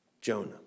Jonah